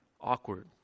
Awkward